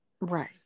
Right